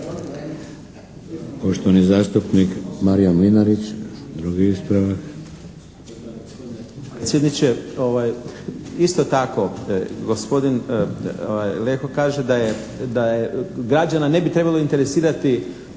Poštovani zastupnik Marijan Mlinarić, drugi ispravak.